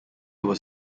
was